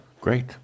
Great